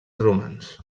romans